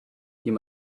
you